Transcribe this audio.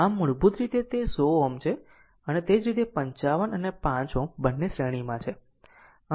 આમ મૂળભૂત રીતે તે 100 Ω છે અને તે જ રીતે 55 અને 5 Ω બંને શ્રેણીમાં છે